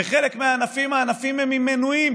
בחלק מהענפים הענפים הם עם מנויים,